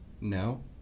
No